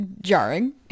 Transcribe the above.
jarring